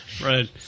Right